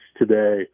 today